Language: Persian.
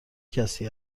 کسی